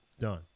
Done